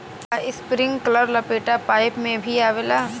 का इस्प्रिंकलर लपेटा पाइप में भी आवेला?